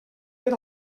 per